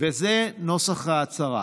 וזה נוסח ההצהרה: